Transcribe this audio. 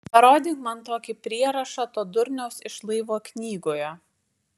parodyk man tokį prierašą to durniaus iš laivo knygoje